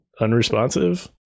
unresponsive